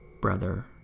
brother